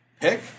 pick